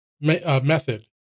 Method